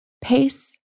Pace